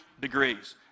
degrees